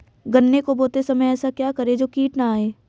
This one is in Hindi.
गन्ने को बोते समय ऐसा क्या करें जो कीट न आयें?